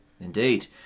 Indeed